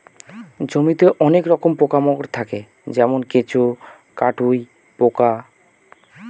জমিতে অনেক রকমের পোকা মাকড় থাকে যেমন কেঁচো, কাটুই পোকা